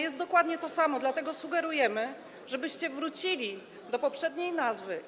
Jest to dokładnie to samo, dlatego sugerujemy, żebyście wrócili do poprzedniej nazwy.